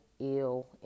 ill